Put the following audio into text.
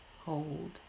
hold